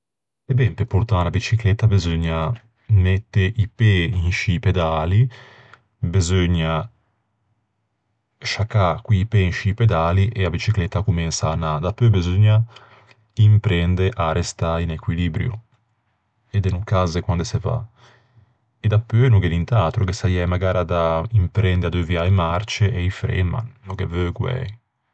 E ben, pe portâ unna bicicletta beseugna mette i pê in scî pedali, beseugna sciacciâ co-i pê in scî pedali e a bicicletta a comensa à anâ. Dapeu beseugna imprende à arrestâ in equilibrio, e de no cazze quande se va. E dapeu no gh'é nint'atro. Ghe saiæ magara da imprende à deuviâ e marce e i fren, ma no ghe veu guæi.